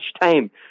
time